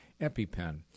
EpiPen